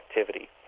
activity